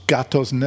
Gatos